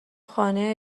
خانه